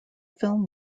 film